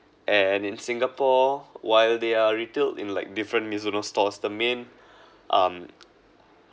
and in singapore while there are retail in like different Mizuno stores the main um